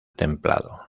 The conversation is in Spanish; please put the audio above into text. templado